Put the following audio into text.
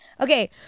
Okay